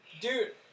Dude